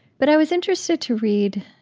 but i was interested to read